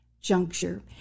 juncture